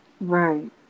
Right